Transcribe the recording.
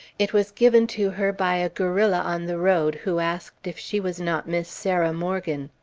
it was given to her by a guerrilla on the road who asked if she was not miss sarah morgan.